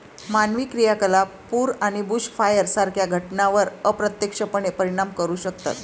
मानवी क्रियाकलाप पूर आणि बुशफायर सारख्या घटनांवर अप्रत्यक्षपणे परिणाम करू शकतात